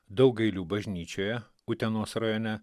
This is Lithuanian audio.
daugailių bažnyčioje utenos rajone